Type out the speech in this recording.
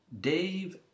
Dave